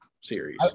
series